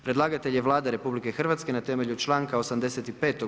Predlagatelj je Vlada Republike Hrvatske, na temelju članka 85.